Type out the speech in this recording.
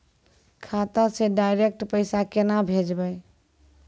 खाता से डायरेक्ट पैसा केना भेजबै?